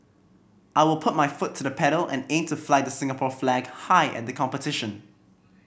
I will put my foot to the pedal and aim to fly the Singapore flag high at the competition